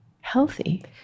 healthy